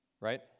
right